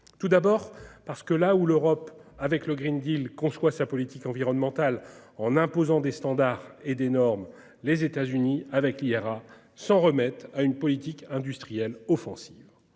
Tout d'abord, parce que là où l'Europe, avec le, conçoit sa politique environnementale en imposant des standards et des normes, les États-Unis, avec l'IRA, mettent en oeuvre une politique industrielle offensive.